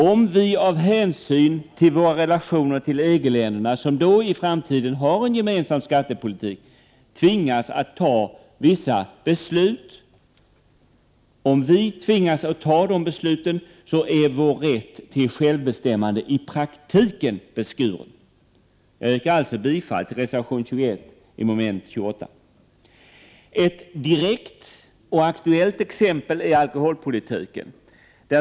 Om vi av hänsyn till våra relationer till EG-länderna, som i framtiden har en gemensam skattepolitik, tvingas att fatta vissa beslut är vår rätt till självbestämmande i praktiken beskuren. Jag yrkar alltså bifall till reservation 21 under mom. 28. Ett direkt och aktuellt exempel är alkoholpolitiken.